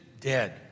dead